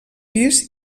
pis